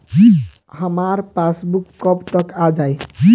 हमार पासबूक कब तक आ जाई?